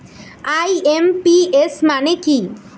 IMPS মানে কি?